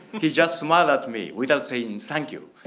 he just smiled at me without saying thank you.